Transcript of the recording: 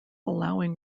allowing